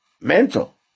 mental